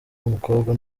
w’umukobwa